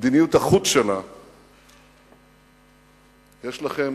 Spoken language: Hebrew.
ומדיניות החוץ שלה יש לכם